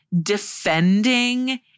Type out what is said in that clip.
defending